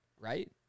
Right